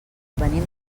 venim